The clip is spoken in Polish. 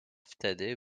wtedy